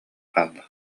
хаалла